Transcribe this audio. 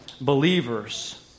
believers